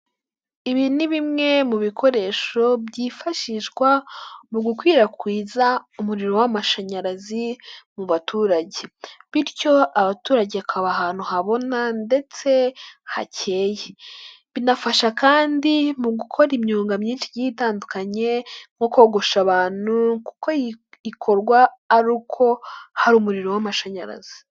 Ibi ni bimwe mu bikoresho byifashishwa mu gukwirakwiza umuriro w'amashanyarazi mu baturage, bityo abaturage bakaba ahantu habona ndetse hakeye, binafasha kandi mu gukora imyuga myinshi igiye itandukanye nko kogosha abantu, kuko ikorwa ari uko hari umuriro w'amashanyarazi.